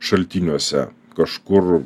šaltiniuose kažkur